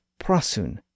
prasun